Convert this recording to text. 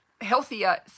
healthier